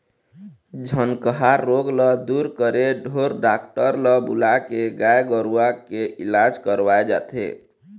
झनकहा रोग ल दूर करे ढोर डॉक्टर ल बुलाके गाय गरुवा के इलाज करवाय जाथे